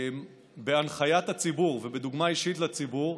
בהנחיית הציבור ובדוגמה אישית לציבור,